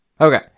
Okay